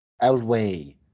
outweigh